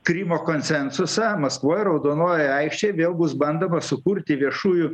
krymo konsensusą maskvoj raudonojoj aikštėj vėl bus bandoma sukurti viešųjų